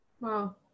Wow